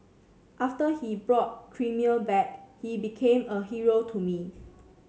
after he brought Crimea back he became a hero to me